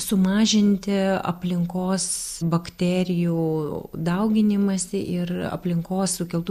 sumažinti aplinkos bakterijų dauginimąsi ir aplinkos sukeltų